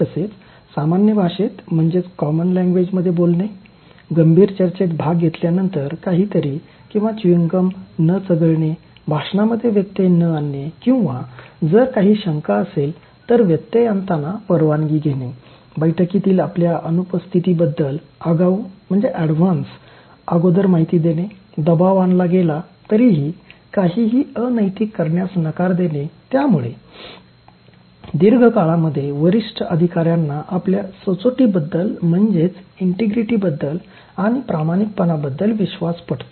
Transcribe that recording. तसेच सामान्य भाषेत बोलणे गंभीर चर्चेत भाग घेतल्यानंतर काहीतरी किंवा गम न चघळणे भाषणामध्ये व्यत्यय न आणणे किंवा जर काही शंका असेल तर व्यत्यय आणताना परवानगी घेणे बैठकीतील आपल्या अनुपस्थितीबद्दल आगाऊ किंवा अगोदर माहिती देणे दबाव आणला गेला तरीही काहीही अनैतिक करण्यास नकार देणे त्यामुळे दीर्घकाळामध्ये वरिष्ठ अधिकाऱ्यांना आपल्या सचोटीबद्दल आणि प्रामाणिकपणाबद्दल विश्वास पटतो